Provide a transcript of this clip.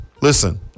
Listen